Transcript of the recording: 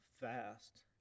fast